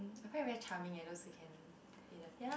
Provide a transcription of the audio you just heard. I find very charming eh those who can play the pian~